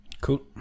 Cool